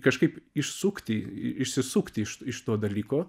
kažkaip išsukti išsisukt iš iš to dalyko